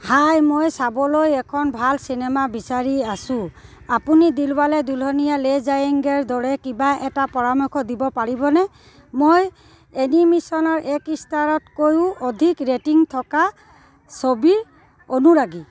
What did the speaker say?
হাই মই চাবলৈ এখন ভাল চিনেমা বিচাৰি আছোঁ আপুনি দিলৱালে দুলহানিয়া লে জায়েঙ্গেৰ দৰে কিবা এটা পৰামৰ্শ দিব পাৰিবনে মই এনিমেশ্যনৰ এক ষ্টাৰতকৈও অধিক ৰেটিং থকা ছবিৰ অনুৰাগী